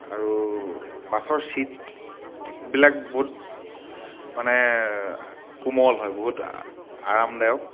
আৰু বাছৰ ছীটবিলাক বহুত মানে বহুত কোমল হয় মানে বহুত আৰামদায়ক